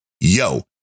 Yo